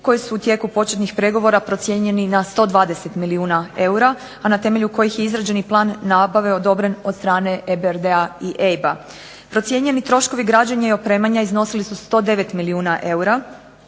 koji su u tijeku početnih pregovora procijenjeni na 120 milijuna eura, a na temelju kojih je izrađen i plan nabave od strane EIB-a i EBRD-a. Procijenjeni troškovi građenja i opremanja iznosili su 109 milijuna eura,